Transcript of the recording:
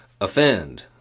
offend